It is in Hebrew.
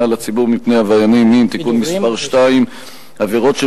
על הציבור מפני עברייני מין (תיקון מס' 2) (עבירות של